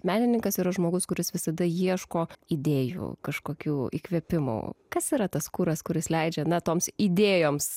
menininkas yra žmogus kuris visada ieško idėjų kažkokių įkvėpimų kas yra tas kuras kuris leidžia na toms idėjoms